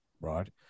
right